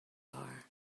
are